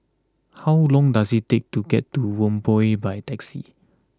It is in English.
how long does it take to get to Whampoa by taxi